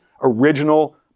original